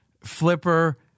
Flipper